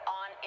on